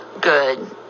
good